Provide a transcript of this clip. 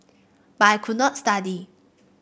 but I could not study